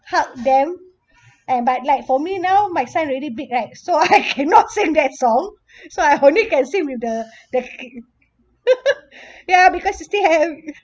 hug them and but like for me now my son already big right so I cannot sing that song so I only can sing with the the k~ ya because you still have